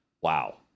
wow